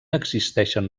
existeixen